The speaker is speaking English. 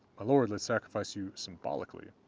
my lord, let's sacrifice you symbolically.